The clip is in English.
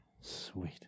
Sweet